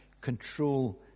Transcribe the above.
control